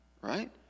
right